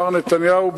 מר נתניהו,